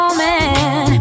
man